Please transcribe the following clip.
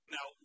Now